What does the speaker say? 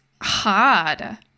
hard